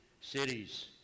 cities